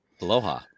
Aloha